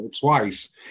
twice